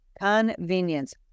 Convenience